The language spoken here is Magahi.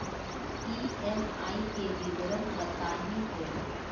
ई.एम.आई के विवरण बताही हो?